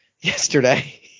yesterday